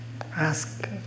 Ask